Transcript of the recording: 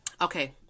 Okay